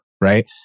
Right